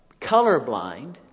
colorblind